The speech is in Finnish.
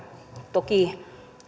toki